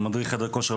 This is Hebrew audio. מדריך חדר כושר,